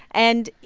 and.